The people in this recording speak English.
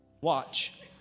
Watch